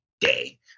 day